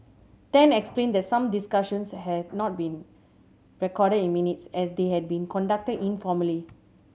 Tan explained that some discussions had not been recorded in minutes as they had been conducted informally